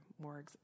more